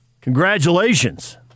Congratulations